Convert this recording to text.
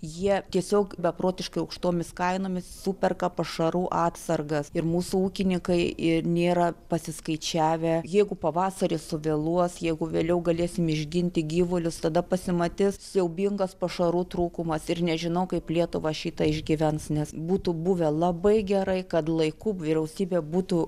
jie tiesiog beprotiškai aukštomis kainomis superka pašarų atsargas ir mūsų ūkininkai nėra pasiskaičiavę jeigu pavasaris suvėluos jeigu vėliau galėsim išginti gyvulius tada pasimatys siaubingas pašarų trūkumas ir nežinau kaip lietuva šitą išgyvens nes būtų buvę labai gerai kad laiku vyriausybė būtų